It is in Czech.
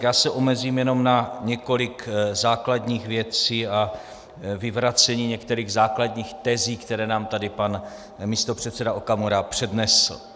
Já se omezím jenom na několik základních věcí a vyvracení některých základních tezí, které nám tady pan místopředseda Okamura přednesl.